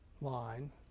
line